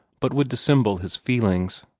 but would dissemble his feelings.